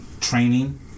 training